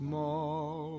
Small